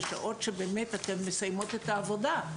בשעות שאתן מסיימות את העבודה.